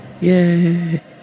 Yay